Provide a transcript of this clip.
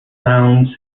sounds